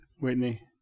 Whitney